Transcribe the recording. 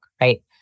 right